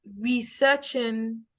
researching